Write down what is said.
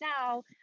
now